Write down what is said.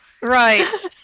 Right